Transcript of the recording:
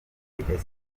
esipanye